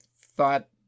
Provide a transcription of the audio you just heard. thought